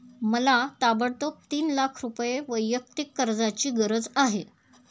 मला ताबडतोब तीन लाख रुपये वैयक्तिक कर्जाची गरज आहे